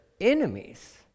enemies